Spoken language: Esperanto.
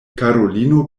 karolino